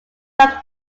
frank